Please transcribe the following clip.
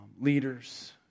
leaders